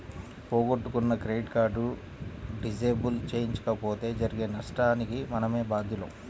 పోగొట్టుకున్న credit card disable చేయించకపోతే జరిగే నష్టానికి మనమే బాధ్యులం